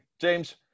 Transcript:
James